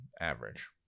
average